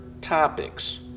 topics